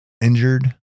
injured